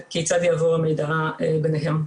כיצד יעבור המידע ביניהם.